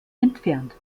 entfernt